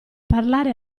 parlare